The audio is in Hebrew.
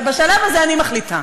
בשלב הזה אני מחליטה,